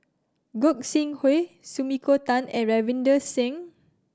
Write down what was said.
Gog Sing Hooi Sumiko Tan and Ravinder Singh